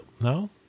no